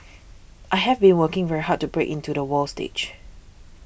I have been working very hard to break into the world stage